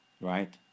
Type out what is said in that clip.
right